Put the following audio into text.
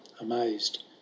amazed